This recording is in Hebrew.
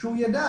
שהוא ידע,